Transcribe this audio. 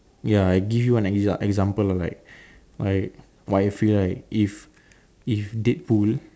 ya I give you an ex~ example of like like how I feel like if if Deadpool